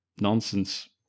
nonsense